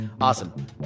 Awesome